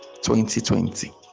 2020